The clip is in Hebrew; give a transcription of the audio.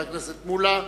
חבר הכנסת מולה.